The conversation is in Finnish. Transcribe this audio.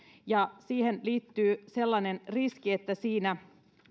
ja siihen liittyy sellainen riski että siinä